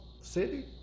City